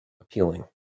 appealing